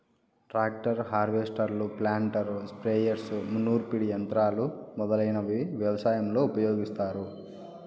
tractor, హార్వెస్టర్లు, planter, sprayers, నూర్పిడి యంత్రాలు మొదలైనవి వ్యవసాయంలో ఉపయోగిస్తారు